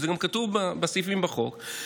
וזה גם כתוב בסעיפים בחוק,